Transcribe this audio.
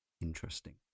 interesting